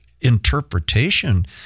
interpretation